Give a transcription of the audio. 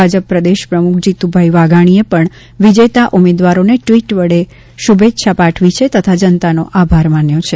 ભાજપ પ્રદેશ જીતુભાઇ વાઘાણીએ પણ વિજેતા ઉમેદવારોને ટ્વીટ વડે શુભેચ્છા પાઠવી છે તથા જનતાનો પણ આભાર માન્યો છે